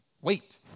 wait